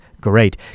great